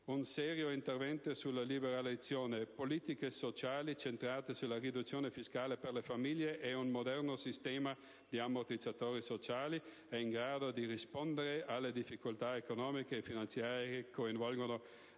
un serio intervento sulle liberalizzazioni, politiche sociali centrate sulla riduzione fiscale per le famiglie e un moderno sistema di ammortizzatori sociali, è in grado di rispondere alle difficoltà economiche e finanziarie che coinvolgono,